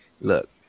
look